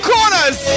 Corners